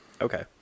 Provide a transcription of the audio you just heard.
Okay